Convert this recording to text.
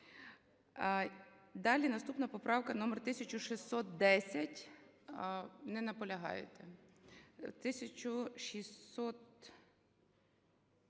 Далі. Наступна поправка - номер 1610. Не наполягаєте.